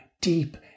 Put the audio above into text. deep